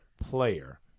player